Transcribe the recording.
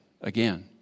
again